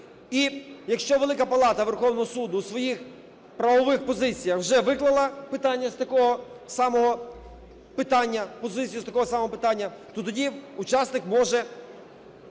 І, якщо Велика Палата Верховного Суду у своїх правових позиціях вже виклала питання з такого самого питання, позицію з такого